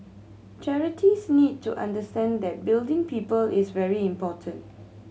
charities need to understand that building people is very important